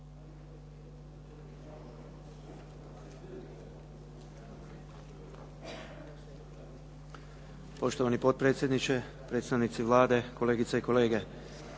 Hvala vam